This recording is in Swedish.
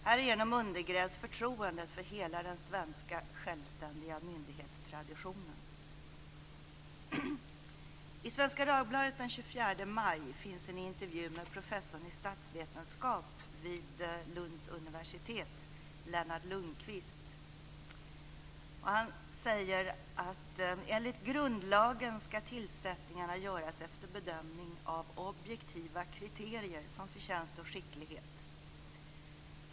Härigenom undergrävs förtroendet för hela den svenska traditionen med självständiga myndigheter. I Svenska Dagbladet den 24 maj finns det en intervju med professorn i statsvetenskap vid Lunds universitet, Lennart Lundquist. Han säger: "Enligt grundlagen ska tillsättningarna göras efter bedömning av objektiva kriterier som förtjänst och skicklighet.